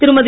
திருமதி